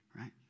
right